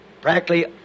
practically